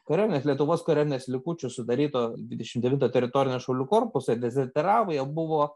kariuomenės lietuvos kariuomenės likučių sudaryto dvidešim devinto teritorinio šaulių korpuso dezertyravo jie buvo